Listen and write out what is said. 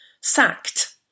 sacked